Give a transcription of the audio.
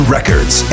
Records